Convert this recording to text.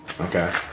Okay